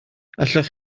allwch